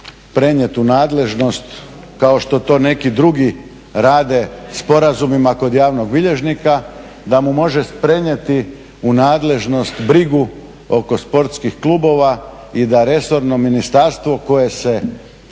prenijeti u nadležnost kao što to neki drugi rade sporazumima kod javnog bilježnika da mu može prenijeti u nadležnost brigu oko sportskih klubova i da resorno ministarstvo koje se